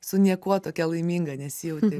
su niekuo tokia laiminga nesijautei